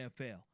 nfl